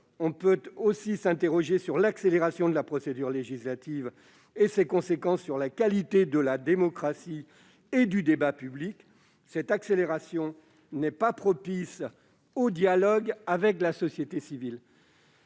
on peut aussi s'interroger sur l'accélération de la procédure législative et ses conséquences sur la qualité de la démocratie et du débat public : cette accélération n'est pas propice au dialogue avec la société civile,